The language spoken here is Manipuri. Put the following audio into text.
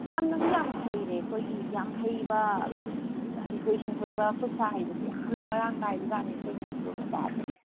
ꯌꯥꯝꯅꯗꯤ ꯌꯥꯝ ꯍꯩꯔꯦ ꯑꯩꯈꯣꯏꯒꯤ ꯌꯥꯝ ꯍꯩꯕ ꯃꯤ ꯍꯩꯊꯣꯏ ꯁꯤꯡꯊꯣꯏꯕ ꯈꯨꯠꯁꯥ ꯍꯩꯕꯖꯦ ꯌꯥꯝꯅ ꯃꯔꯥꯡ ꯀꯥꯏꯕꯖꯥꯠꯅꯦ ꯑꯩꯈꯣꯏ ꯃꯅꯤꯄꯨꯔ ꯃꯆꯥꯖꯦ